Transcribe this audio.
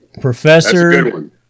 Professor